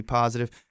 positive